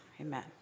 Amen